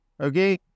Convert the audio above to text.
Okay